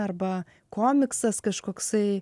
arba komiksas kažkoksai